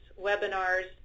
webinars